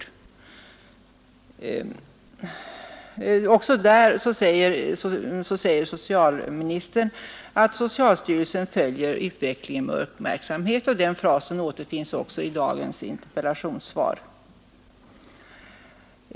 I svaret 1968 sade socialministern att socialstyrelsen följer utvecklingen med uppmärksamhet, och den frasen återfinns också i dagens interpellationssvar.